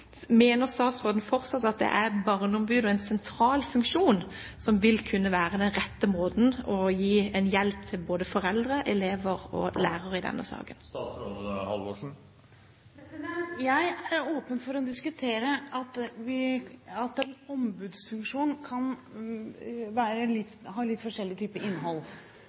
Mener statsråden fortsatt at det er barneombudet og en sentral funksjon som vil kunne være den rette måten å gi en hjelp til både foreldre, elever og lærere i denne saken? Jeg er åpen for å diskutere om en ombudsfunksjon kan ha litt forskjellig type innhold.